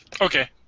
Okay